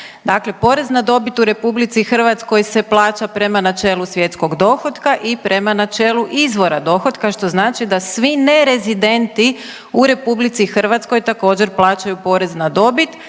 Dakle porezna dobit u RH se plaća prema načelu svjetskog dohotka i prema načelu izvora dohotka, što znači da svi nerezidenti u RH također, plaćaju porez na dobit,